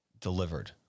delivered